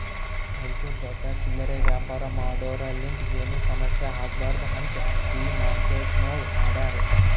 ರೈತುರು ದೊಡ್ಡ ಚಿಲ್ಲರೆ ವ್ಯಾಪಾರ ಮಾಡೋರಲಿಂತ್ ಏನು ಸಮಸ್ಯ ಆಗ್ಬಾರ್ದು ಅಂತ್ ಈ ಮಾರ್ಕೆಟ್ಗೊಳ್ ಮಾಡ್ಯಾರ್